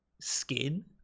skin